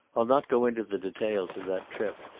i'll not go into the details of that trip.